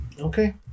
Okay